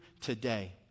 today